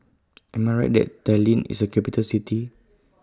Am I Right that Tallinn IS A Capital City